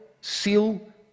seal